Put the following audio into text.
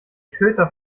köter